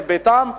אל ביתם,